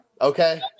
Okay